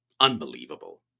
unbelievable